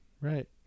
right